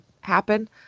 happen